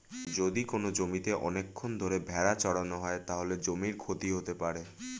যদি কোনো জমিতে অনেকক্ষণ ধরে ভেড়া চড়ানো হয়, তাহলে জমির ক্ষতি হতে পারে